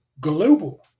global